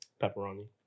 Pepperoni